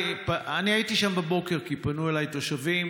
אני הייתי שם בבוקר כי פנו אליי תושבים,